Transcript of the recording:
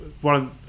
one